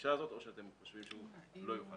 הגישה הזאת או שאתם חושבים שהוא לא יוכל